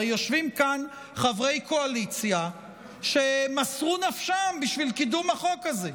הרי יושבים כאן חברי קואליציה שמסרו נפשם בשביל קידום החוק הזה,